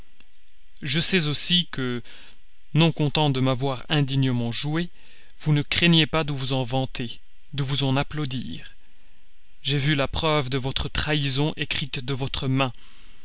je sais aussi que non content de m'avoir indignement joué vous ne craignez pas de vous en vanter de vous en applaudir j'ai vu la preuve de votre trahison écrite de votre main